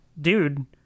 dude